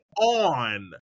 on